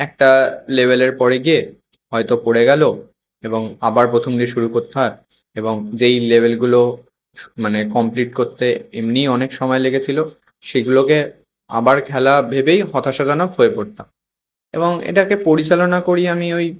একটা লেভেলের পরে গিয়ে হয়তো পড়ে গেল এবং আবার প্রথম দিয়ে শুরু করতে হয় এবং যেই লেভেলগুলো মানে কমপ্লিট করতে এমনিই অনেক সময় লেগেছিল সেগুলোকে আবার খেলা ভেবেই হতাশাজনক হয়ে পড়তাম এবং এটাকে পরিচালনা করি আমি ওই